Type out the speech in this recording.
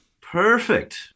perfect